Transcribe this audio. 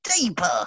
Deeper